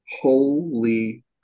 holy